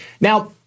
now